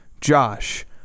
josh